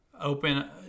open